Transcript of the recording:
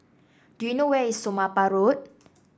do you know where is Somapah Road